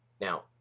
Now